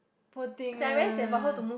poor thing leh